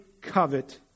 covet